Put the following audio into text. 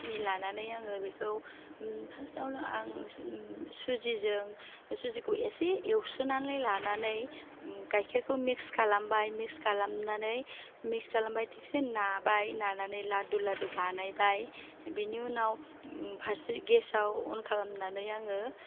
सिनि लानानै आङो बेखौ फासआवनो आं सुजिजों सुजिखौ एसे एवस्रोनानै लानानै गाइखेरखौ मिक्स खालामबाय मिक्स खालामनानै मिक्स खालामबाय थिकसि नाबाय नानानै लादु लादु बानायबाय बिनि उनाव फारसे गेसआव अन खालामनानै आङो